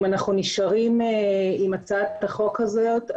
אם אנחנו נשארים עם הצעת החוק הזאת,